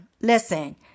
listen